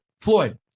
Floyd